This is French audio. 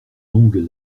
longues